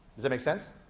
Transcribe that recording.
does that make sense?